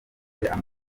amafoto